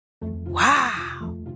Wow